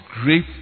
great